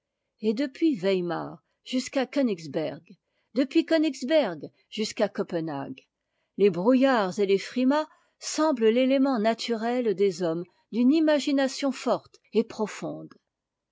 et depuis weimar jusqu'à kœnigsberg depuis kœnigsberg jusqu'à copenhague les brouillards et les frimas semblent t'étément naturel des hommes d'une imagination forte et profonde